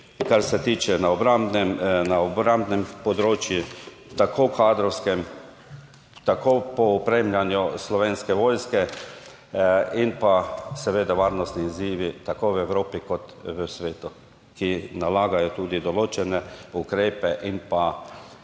so izzivi na obrambnem področju, tako kadrovskem, tako pri opremljanju Slovenske vojske in pa seveda varnostni izzivi tako v Evropi kot v svetu, ki nalagajo tudi določene ukrepe in pa